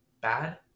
bad